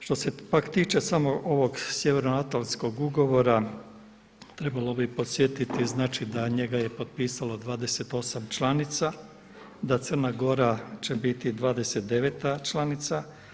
Što se pak tiče samo ovog Sjevernoatlanskog ugovora trebalo bi podsjetiti znači da njega je potpisalo 28 članica, da Crna Gora će biti 29.-ta članica.